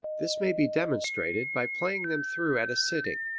this may be demonstrated by playing them through at a sitting,